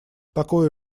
такое